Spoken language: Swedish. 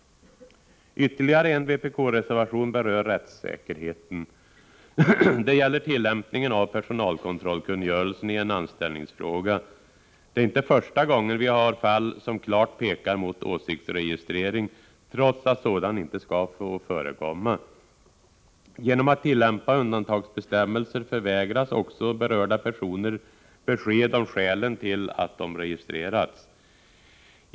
Ytterligare en vpk-reservation berör rättssäkerheten. Den gäller tillämpningen av personkontrollkungörelsen i en anställningsfråga. Det är inte första gången vi har fall som klart pekar mot åsiktsregistrering, trots att sådan inte skall få förekomma. Genom att man tillämpat undantagsbestämmelser förvägras också berörda personer besked om skälen till att de har registrerats.